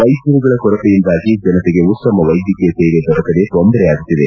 ವೈದ್ಯರುಗಳ ಕೊರತೆಯಿಂದಾಗಿ ಜನತೆಗೆ ಉತ್ತಮ ವೈದ್ಯಕೀಯ ಸೇವೆ ದೊರಕದೆ ತೊಂದರೆಯಾಗುತ್ತಿದೆ